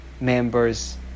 members